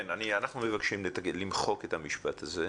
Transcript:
אנחנו מבקשים למחוק את המשפט הזה.